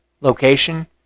location